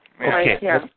okay